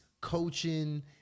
coaching